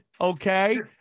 okay